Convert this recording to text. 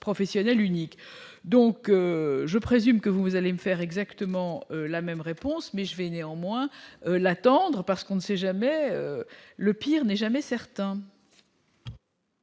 professionnelle unique, donc je présume que vous allez me faire exactement la même réponse, mais je vais néanmoins l'attendre parce qu'on ne sait jamais, le pire n'est jamais certain.